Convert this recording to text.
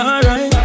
Alright